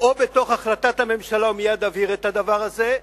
או בתוך החלטת הממשלה, ומייד אבהיר את הדבר הזה,